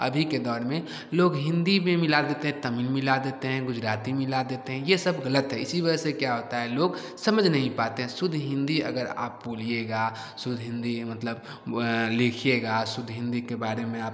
अभी के दौर में लोग हिन्दी में मिला देते हैं तमिल मिला देते हैं गुजराती मिला देते हैं यह सब गलत है इसी वजह से क्या होता है लोग समझ नही पाते हैं शुद्ध हिन्दी अगर आप बोलिएगा शुद्ध हिन्दी मतलब लिखिएगा शुद्ध हिन्दी के बारे में आप